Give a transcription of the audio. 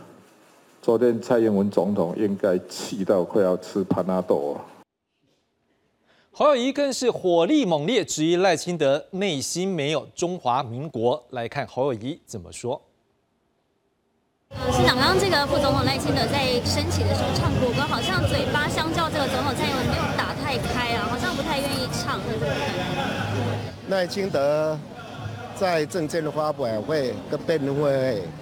昨天蔡英文总统应该气到快要吃Panadol啊。侯友宜更是火力猛烈，质疑赖清德内心没有中华民国。来看侯友宜怎么说。呃，市长，刚刚这个副总统赖清德在升旗的时候唱国歌，好像嘴巴相较这个总统蔡英文没有打太开啊，好像不太愿意唱。赖清德在政见的发表会跟辩论会